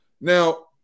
Now